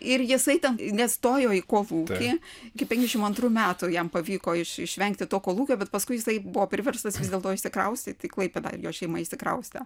ir jisai ten nestojo į kolūkį iki penkiasdešimt antrų metų jam pavyko iš išvengti to kolūkio bet paskui jisai buvo priverstas vis dėlto išsikraustyti į klaipėdą ir jo šeima išsikraustė